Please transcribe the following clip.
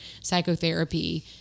psychotherapy